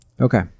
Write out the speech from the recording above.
Okay